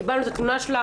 קיבלנו את התלונה שלך,